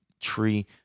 tree